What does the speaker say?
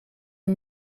een